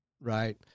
right